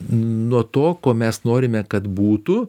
nuo to ko mes norime kad būtų